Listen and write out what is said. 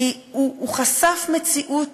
כי הוא חשף מציאות